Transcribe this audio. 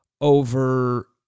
over